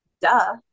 Duh